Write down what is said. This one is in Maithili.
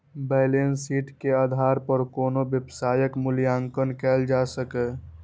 बैलेंस शीट के आधार पर कोनो व्यवसायक मूल्यांकन कैल जा सकैए